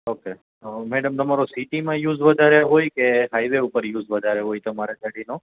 okay તો madam તમારો સિટીમાં યુઝ વધારે હોય કે હાઈવે ઉપર યુઝ વધારે હોય તમારે ગાડીનો